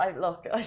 Look